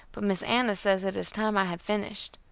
but miss anna says it is time i had finished.